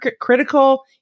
critical